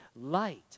light